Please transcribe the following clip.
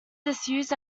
disused